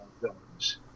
villains